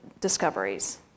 discoveries